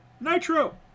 Nitro